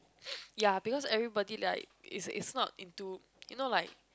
ya because everybody like is is not into you know like